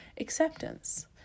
acceptance